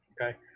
okay